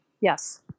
yes